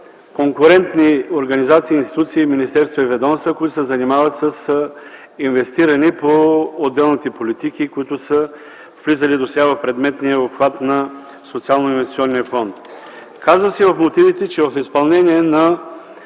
конкурентни организации, институции, министерства и ведомства, които се занимават с инвестиране по отделните политики, които са влизали досега в предметния обхват на Социалноинвестиционния фонд. В мотивите се казва, че в изпълнение на